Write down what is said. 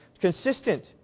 consistent